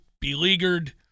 beleaguered